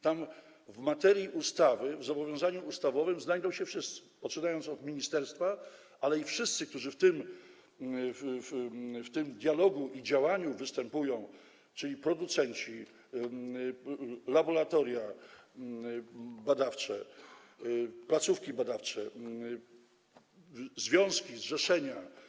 Tam, w materii ustawy, w zobowiązaniu ustawowym znajdą się wszyscy, poczynając od ministerstwa, wszyscy, którzy w tym dialogu i działaniu występują, czyli producenci, laboratoria badawcze, placówki badawcze, związki i zrzeszenia.